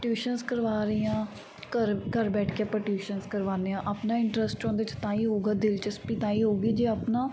tuitions ਕਰਵਾ ਰਹੀ ਹਾਂ ਘਰ ਘਰ ਬੈਠ ਕੇ ਆਪਾਂ ਟਿਊਸ਼ਨਸ ਕਰਵਾਉਂਦੇ ਹਾਂ ਆਪਣਾ ਇੰਟ੍ਰਸਟ ਉਹਦੇ 'ਚ ਤਾਂ ਹੀ ਹੋਵੇਗਾ ਦਿਲਚਸਪੀ ਤਾਂ ਹੀ ਹੋਵੇਗੀ ਜੇ ਆਪਣਾ